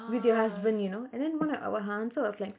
with your husband you know and then one of uh her answer was like